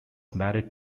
married